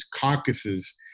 caucuses